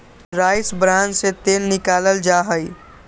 rice bran से तेल निकाल्ल जाहई